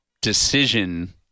decision